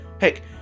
Heck